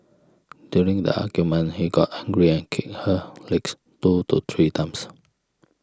during the argument he got angry and kicked her legs two to three times